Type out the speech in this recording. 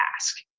ask